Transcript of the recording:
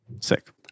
Sick